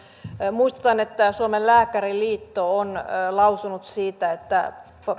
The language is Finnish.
muistutan että suomen lääkäriliitto on lausunut siitä että